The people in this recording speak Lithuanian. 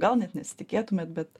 gal net nesitikėtumėt bet